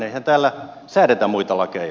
eihän täällä säädetä muita lakeja